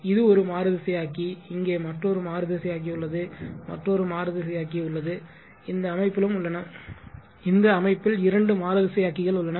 இது ஒரு மாறுதிசையாக்கி இங்கே மற்றொரு மாறுதிசையாக்கி உள்ளது மற்றொரு மாறுதிசையாக்கி உள்ளது இந்த அமைப்பிலும் உள்ளன இந்த அமைப்பில் இரண்டு மாறுதிசையாக்கிகள் உள்ளன